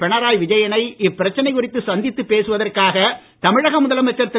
பினராய் விஜயனை இப்பிரச்சனை குறித்து சந்தித்துப் பேசுவதற்காக தமிழக முதலமைச்சர் திரு